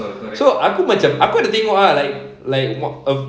so aku macam aku ada tengok ah like like a